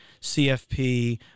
CFP